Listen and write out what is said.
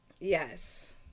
Yes